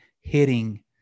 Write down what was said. hitting